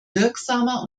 wirksamer